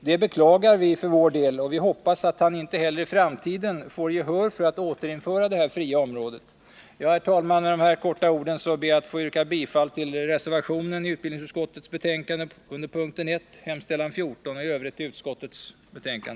Det beklagar vi för vår del, och vi hoppas att han inte heller i framtiden får gehör för att återinföra det fria området. Herr talman! Med detta korta anförande ber jag att få yrka bifall till reservationen vid utbildningsutskottets betänkande nr 28 under punkt 1, och i Övrigt bifall till utskottets hemställan.